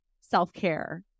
self-care